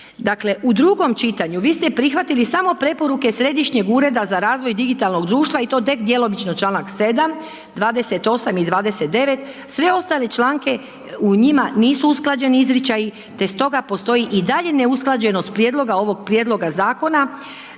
Dakle, u drugom čitanju, vi ste prihvatili samo preporuke Središnjeg ureda za razvoj digitalnog društva i to tek djelomično, čl. 7., 28. i 29., sve ostale članke u njima nisu usklađeni izričaji te stoga postoji i dalje neusklađenost prijedloga ovog prijedloga zakona